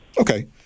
Okay